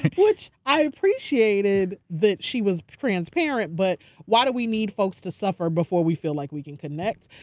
which i appreciated that she was transparent but why do we need folks to suffer before we feel like we can connect.